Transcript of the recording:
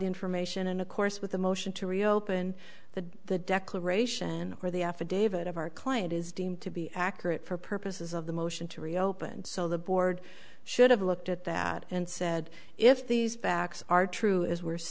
information and of course with a motion to reopen the the declaration or the affidavit of our client is deemed to be accurate for purposes of the motion to reopen so the board should have looked at that and said if these facts are true is w